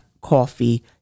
coffee